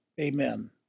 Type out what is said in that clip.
Amen